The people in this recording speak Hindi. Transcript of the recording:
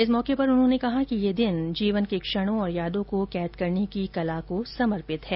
इस मौके पर उन्होंने कहा कि यह दिन जीवन के क्षणों और यादों को कैद करने की कला को समर्पित है